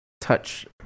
touch